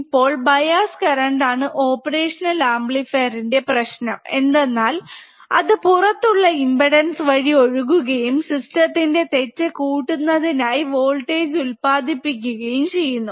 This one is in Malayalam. ഇപ്പോൾ ബയാസ് കറന്റ് ആണ് ഓപ്പറേഷണൽ അമ്പ്ലിഫീർ ന്റെ പ്രശ്നം എന്തെന്നാൽ അത് പുറത്തുള്ള ഇമ്പ്പെടാൻസ് വഴി ഒഴുകുകയും സിസ്റ്റം ത്തിന്റെ തെറ്റ് കൂട്ടുന്നതിനായി വോൾട്ടേജ് ഉൽപാദിപ്പിക്കുകയും ചെയ്യുന്നു